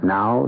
Now